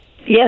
Yes